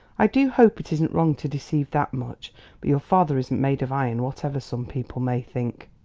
i do hope it isn't wrong to deceive that much but your father isn't made of iron, whatever some people may think.